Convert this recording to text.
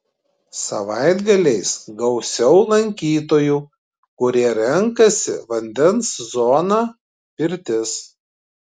savaitgaliais gausiau lankytojų kurie renkasi vandens zoną pirtis